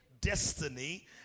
destiny